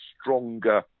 stronger